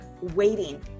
waiting